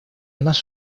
наш